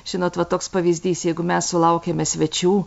žinot va toks pavyzdys jeigu mes sulaukiame svečių